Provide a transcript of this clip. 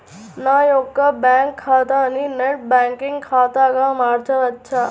నా యొక్క బ్యాంకు ఖాతాని నెట్ బ్యాంకింగ్ ఖాతాగా మార్చవచ్చా?